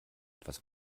etwas